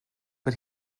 but